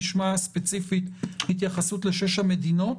נשמע ספציפית התייחסות לשש המדינות,